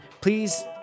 Please